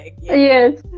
Yes